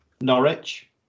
Norwich